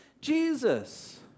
Jesus